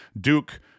Duke